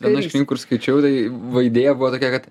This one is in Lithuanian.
viena iš knygų kur skaičiau tai va idėja buvo tokia kad